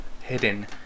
Hidden